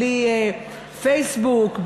בלי פייסבוק,